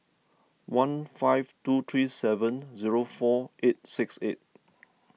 one five two three seven zero four eight six eight